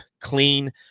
clean